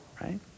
right